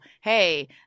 hey